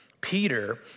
Peter